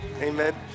Amen